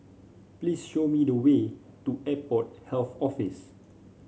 please show me the way to Airport Health Office